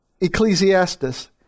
Ecclesiastes